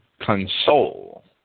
console